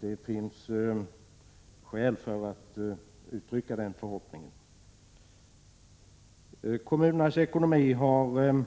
Det finns skäl att uttrycka den förhoppningen. Kommunernas ekonomi har,